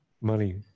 money